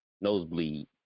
nosebleed